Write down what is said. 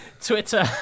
Twitter